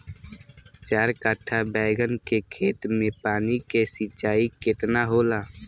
चार कट्ठा बैंगन के खेत में पानी के सिंचाई केतना होला?